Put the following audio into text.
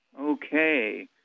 Okay